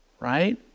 right